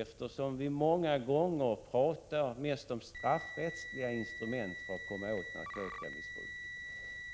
Eftersom vi mest pratar om straffrättsliga instrument för att komma åt narkotikamissbruket,